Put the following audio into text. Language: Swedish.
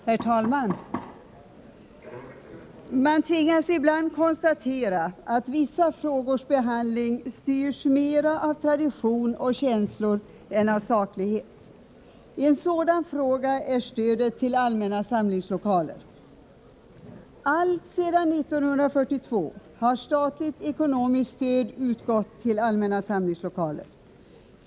Herr talman! Man tvingas ibland konstatera att vissa frågors behandling styrs mera av tradition och känslor än av saklighet. En sådan fråga är stödet till allmänna samlingslokaler. Alltsedan 1942 har statligt ekonomiskt stöd utgått till allmänna samlingslokaler.